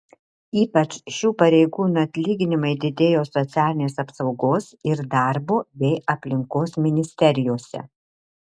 ypač šių pareigūnų atlyginimai didėjo socialinės apsaugos ir darbo bei aplinkos ministerijose